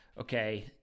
okay